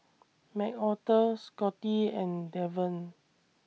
Macarthur Scotty and Deven